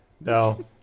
No